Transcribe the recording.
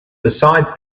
besides